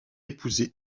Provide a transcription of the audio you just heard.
épousé